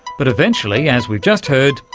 but eventually, as we've just heard,